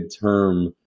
term